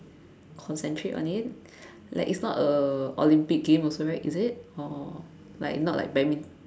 concentrate on it like it's a Olympic game also right is it or like not like badmin~